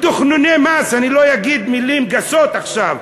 אני לא אגיד מילים גסות עכשיו.